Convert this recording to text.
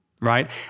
right